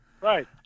Right